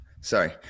Sorry